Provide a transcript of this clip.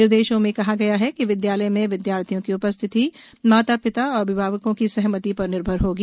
निर्देशों में कहा गया है कि विदयालय में विदयार्थियों की उपस्थिति माता पिताए अभिभावकों की सहमति पर निर्भर होगी